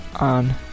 on